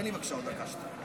תן לי בבקשה עוד דקה, שתיים.